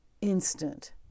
Instant